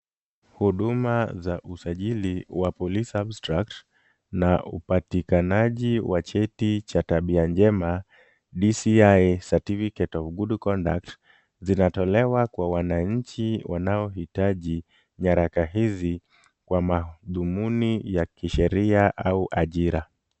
Huduma za usajili wa police abstract na upatikanaji wa cheti cha tabia njema, DCI certificate of good conduct , zinatolewa kwa wananchi wanaohitaji nyaraka hizi kwa mathumuni ya kisheria au ajira.